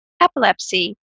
epilepsy